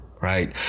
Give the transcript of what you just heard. right